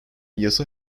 yasa